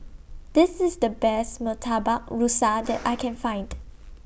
This IS The Best Murtabak Rusa that I Can Find